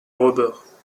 rebours